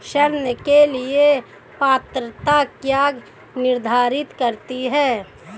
ऋण के लिए पात्रता क्या निर्धारित करती है?